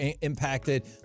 impacted